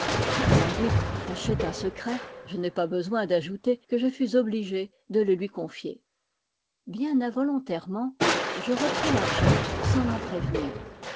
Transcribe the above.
ma conduite cachait un secret je n'ai pas besoin d'ajouter que je fus obligé de le lui confier bien involontairement je repris l'argent sans l'en prévenir